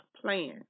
plan